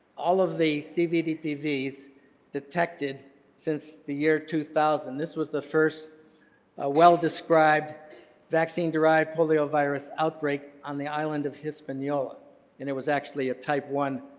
all of the cvdpvs detected since the year two thousand. this was the first ah well described vaccine derived poliovirus outbreak on the island of hispaniola and it was actually a type one